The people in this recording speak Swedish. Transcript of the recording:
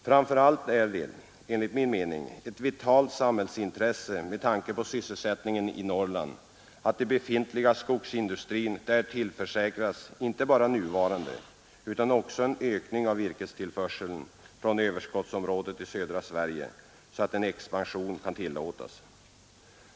Framför allt är det, enligt min mening, ett vitalt samhällsintresse med tanke på sysselsättningen i Norrland att den befintliga skogsindustrin där tillförsäkras inte bara nuvarande utan också ökad virkestillförsel från överskottsområdet i södra Sverige så att en expansion kan tillåtas.